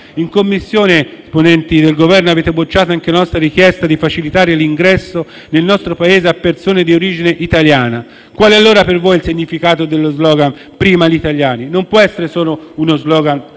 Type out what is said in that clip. e mi rivolgo ai membri del Governo, avete bocciato anche la nostra richiesta di facilitare l'ingresso nel nostro Paese a persone di origine italiana. Qual è allora, per voi, il significato dello *slogan*: «Prima gli italiani»? Non può essere solo uno *slogan* elettorale.